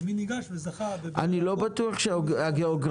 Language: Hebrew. ומי ניגש וזכה --- אני לא בטוח הגיאוגרפיה,